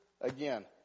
again